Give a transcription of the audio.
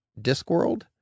Discworld